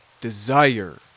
desire